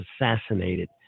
assassinated